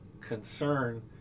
concern